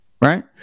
right